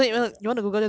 开玩笑开玩笑